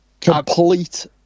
complete